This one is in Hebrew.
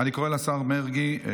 אני קורא לשר מרגי,